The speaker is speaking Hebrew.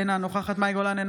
אינה נוכחת מאי גולן,